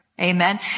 Amen